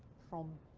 from